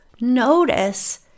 notice